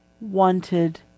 wanted